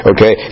Okay